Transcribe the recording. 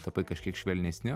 tapai kažkiek švelnesniu